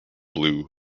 blue